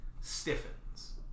stiffens